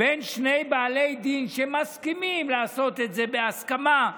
בין שני בעלי דין, שמסכימים לעשות את זה, בהסכמה,